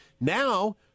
Now